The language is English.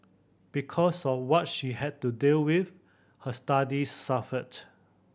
because of what she had to deal with her studies suffered